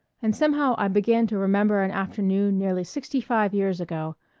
and somehow i began to remember an afternoon nearly sixty-five years ago,